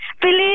Believe